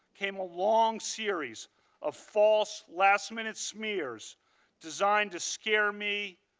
came a long series of false last-minute smears designed to scare me,